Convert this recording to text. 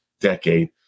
decade